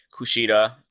Kushida